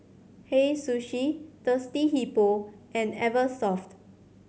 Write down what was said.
Hei Sushi Thirsty Hippo and Eversoft